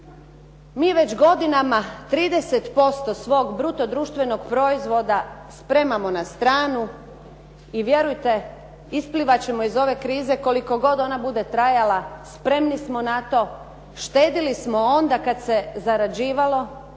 Mi već godinama 30% svog bruto društvenog proizvoda spremamo na stranu i vjerujte isplivat ćemo iz ove krize koliko god ona bude trajala, spremni smo. Štedili smo onda kada se zarađivalo,